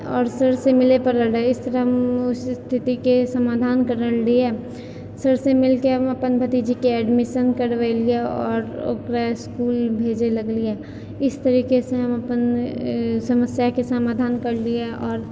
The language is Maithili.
आओर सरसँ मिलय पड़ल रहय इस तरह हम उ इस्थितिके समाधान करल रहियै सरसँ मिलिके हम अपन भतीजीके एडमिशन करबेलियै आओर ओकरा इसकुल भेजऽ लगलियै इस तरीकेसँ हम अपन समस्याके समाधान करलियै आओर